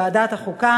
לוועדת החוקה,